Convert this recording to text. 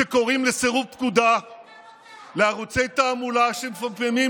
להדלקת מדורות בנתיבי איילון,